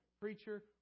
preacher